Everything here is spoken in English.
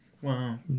Wow